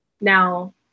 Now